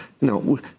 No